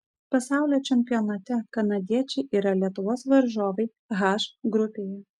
pasaulio čempionate kanadiečiai yra lietuvos varžovai h grupėje